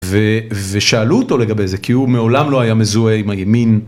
ושאלו אותו לגבי זה, כי הוא מעולם לא היה מזוהה עם הימין.